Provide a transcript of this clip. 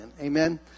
Amen